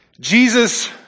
Jesus